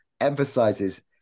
emphasizes